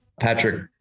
Patrick